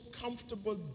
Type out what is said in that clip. comfortable